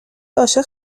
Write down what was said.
عاشق